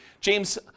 James